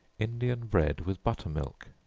indian bread with butter-milk.